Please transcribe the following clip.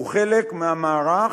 הוא חלק מהמערך